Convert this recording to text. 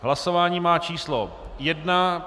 Hlasování má číslo 1.